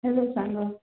hello ସାଙ୍ଗ